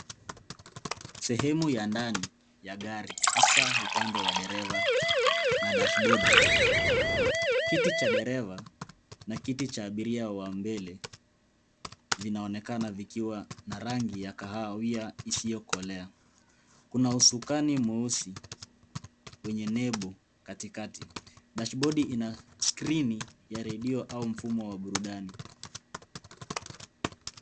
Sehemu ya ndani ya gari, hasa upande wa dereva na dashibodi. Kiti cha dereva na kiti cha abiria wa mbele vinaonekana vikiwa na rangi ya kahawia isiyokolea, Kuna usukani mweusi wenye nebu katikati. Dashibodi Ina skirini ya redio au mfumo wa burudani.